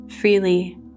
freely